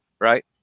Right